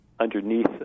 underneath